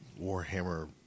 Warhammer